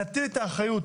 נטיל את האחריות